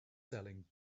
selling